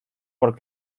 por